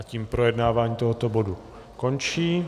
Tím projednávání tohoto bodu končí.